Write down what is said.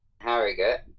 Harrogate